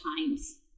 times